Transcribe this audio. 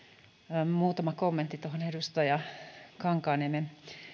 muutama kommentti tuohon edustaja kankaanniemen